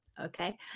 Okay